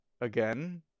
again